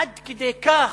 עד כדי כך